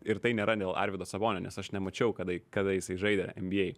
ir tai nėra dėl arvydo sabonio nes aš nemačiau kada kada jisai žaidė nba